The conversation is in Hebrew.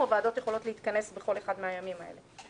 הוועדות יכולות להתכנס בכל אחד מהימים האלה.